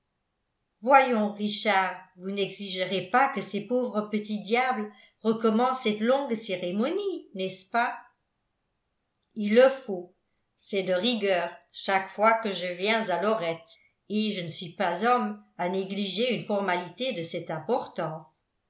voyons richard vous n'exigerez pas que ces pauvres petits diables recommencent cette longue cérémonie n'est-ce pas il le faut c'est de rigueur chaque fois que je viens à lorette et je ne suis pas homme à négliger une formalité de cette importance